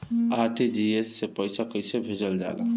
RTGS से पइसा कहे भेजल जाला?